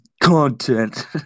content